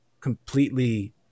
completely